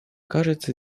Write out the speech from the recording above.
кажется